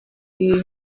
ibi